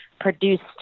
produced